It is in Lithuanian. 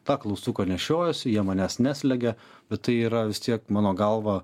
tą klaustuką nešiojuosi jie manęs neslegia bet tai yra vis tiek mano galva